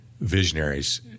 visionaries